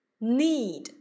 need